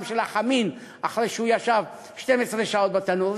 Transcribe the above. של החמין אחרי שהוא ישב 12 שעות בתנור,